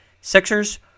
Sixers